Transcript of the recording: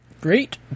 Great